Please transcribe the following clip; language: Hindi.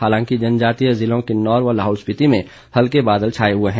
हालांकि जनजातीय जिलों किन्नौर व लाहुल स्पिति में हल्के बादल छाए हुए हैं